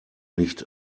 nicht